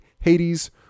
Hades